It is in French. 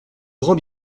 grand